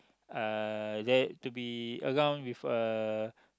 uh that to be around with a